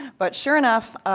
but sure enough,